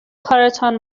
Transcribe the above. کارتان